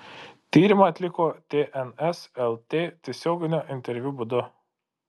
tyrimą atliko tns lt tiesioginio interviu būdu